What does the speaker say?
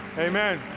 amen.